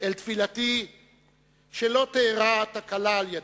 אל תפילתי שלא תארע תקלה על-ידי,